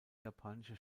japanische